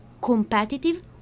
competitive